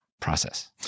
process